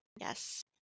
Yes